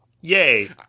Yay